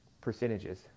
percentages